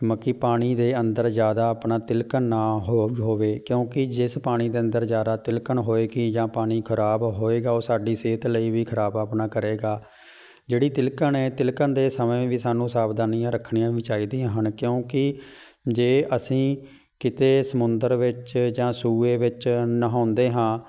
ਮਕੀ ਪਾਣੀ ਦੇ ਅੰਦਰ ਜ਼ਿਆਦਾ ਆਪਣਾ ਤਿਲਕਣ ਨਾ ਹੋ ਹੋਵੇ ਕਿਉਂਕਿ ਜਿਸ ਪਾਣੀ ਦੇ ਅੰਦਰ ਜ਼ਿਆਦਾ ਤਿਲਕਣ ਹੋਏਗੀ ਜਾਂ ਪਾਣੀ ਖਰਾਬ ਹੋਏਗਾ ਉਹ ਸਾਡੀ ਸਿਹਤ ਲਈ ਵੀ ਖਰਾਬ ਆਪਣਾ ਕਰੇਗਾ ਜਿਹੜੀ ਤਿਲਕਣ ਏ ਤਿਲਕਣ ਦੇ ਸਮੇਂ ਵੀ ਸਾਨੂੰ ਸਾਵਧਾਨੀਆਂ ਰੱਖਣੀਆਂ ਵੀ ਚਾਹੀਦੀਆਂ ਹਨ ਕਿਉਂਕਿ ਜੇ ਅਸੀਂ ਕਿਤੇ ਸਮੁੰਦਰ ਵਿੱਚ ਜਾਂ ਸੂਏ ਵਿੱਚ ਨਹਾਉਂਦੇ ਹਾਂ